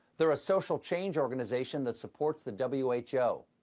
they're a social change organization that supports the w h o.